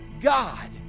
God